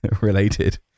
related